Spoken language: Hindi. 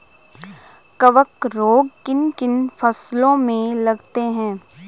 कवक रोग किन किन फसलों में लगते हैं?